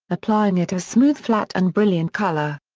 applying it as smooth flat and brilliant colour.